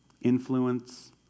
influence